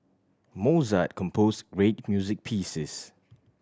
Mozart composed great music pieces